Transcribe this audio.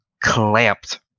clamped